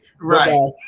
Right